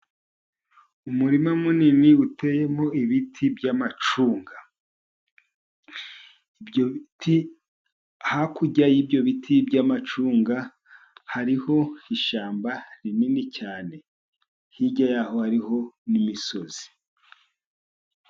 Umurima munini uteyemo ibiti by'amacunga. Ibyo biti, hakurya y'ibyo biti by'amacunga, hariho ishyamba rinini cyane. Hirya yaho hariho n'imisozi.